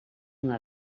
una